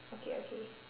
okay okay